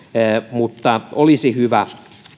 mutta olisi hyvä